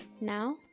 Now